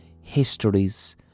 histories